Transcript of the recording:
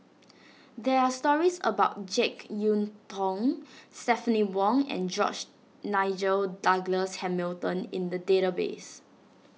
there are stories about Jek Yeun Thong Stephanie Wong and George Nigel Douglas Hamilton in the database